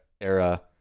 era